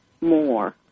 more